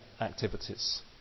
activities